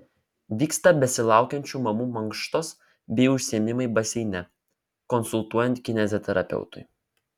vyksta besilaukiančių mamų mankštos bei užsiėmimai baseine konsultuojant kineziterapeutui